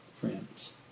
friends